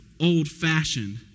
old-fashioned